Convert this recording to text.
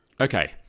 okay